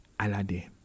Alade